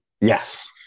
Yes